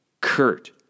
Kurt